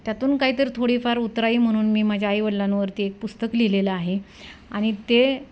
त्यातून काही तरी थोडीफार उतराई म्हणून मी माझ्या आईवडलांवरती एक पुस्तक लिहिलेलं आहे आणि ते